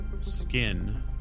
skin